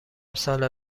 سال